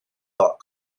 dot